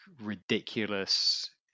ridiculous